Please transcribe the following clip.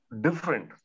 different